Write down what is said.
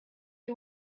die